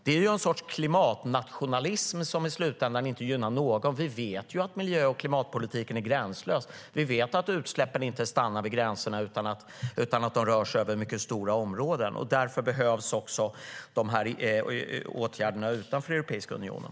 Det är en sorts klimatnationalism som i slutändan inte gynnar någon. Vi vet att miljö och klimatpolitiken är gränslös. Vi vet att utsläppen inte stannar vid gränserna utan rör sig över mycket stora områden. Därför behövs åtgärder utanför Europeiska unionen.